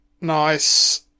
Nice